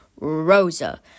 rosa